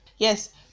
yes